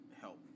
help